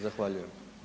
Zahvaljujem.